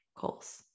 goals